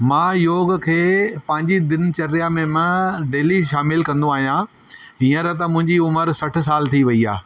मां योग खे पंहिंजी दिनचर्या में मां डेली शामिलु कंदो आहियां हीअंर त मुंहिंजी उमिरि सठ साल थी वयी आहे